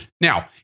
Now